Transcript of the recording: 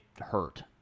hurt